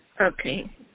okay